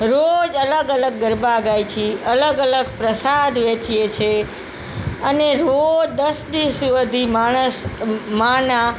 રોજ અલગ અલગ ગરબા ગાઇએ છીએ અલગ અલગ પ્રસાદ વહેંચીએ છીએ અને રોજ દસ દિવસ સુધી માણસ માના